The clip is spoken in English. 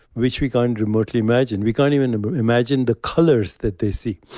which we can't and remotely imagine. we can't even imagine the colors that they see.